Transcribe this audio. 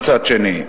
מצד שני.